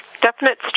definite